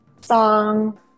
Song